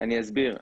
אני אסביר.